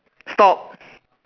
stop